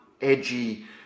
edgy